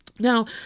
Now